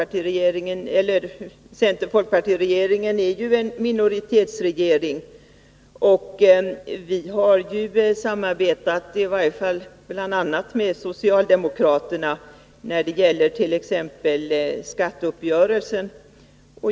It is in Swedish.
Regeringen är ju en minoritetsregering, och vi har samarbetat bl.a. med socialdemokraterna, t.ex. när det gäller skatteuppgörelsen.